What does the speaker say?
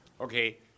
Okay